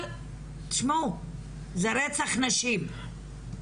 אבל, תשמעו זה רצח נשים.